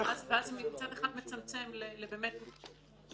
ואז מצד אחד זה לא מצמצם את זה לדברים אזוטריים,